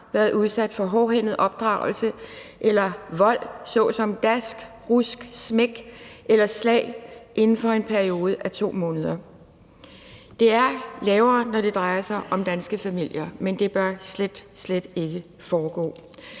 været udsat for hårdhændet opdragelse eller vold såsom dask, rusk, smæk eller slag inden for en periode af 2 måneder. Det er et lavere niveau, når det drejer sig om danske familier, men det bør slet, slet ikke foregå.